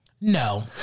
No